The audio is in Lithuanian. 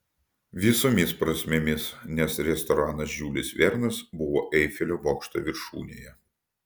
visomis prasmėmis nes restoranas žiulis vernas buvo eifelio bokšto viršūnėje